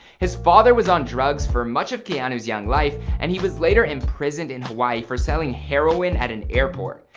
his father was on drugs for much of keanu's young life and he was later imprisoned in hawaii for selling heroin at an airport.